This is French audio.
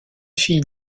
fille